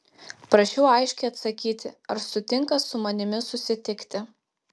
prašiau aiškiai atsakyti ar sutinka su manimi susitikti